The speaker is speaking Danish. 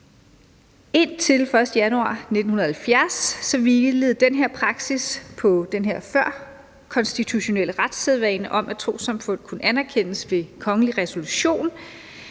Indtil den 1. januar 1970 hvilede den her praksis på en førkonstitutionel retssædvane om, at trossamfund kunne anerkendes ved kongelig resolution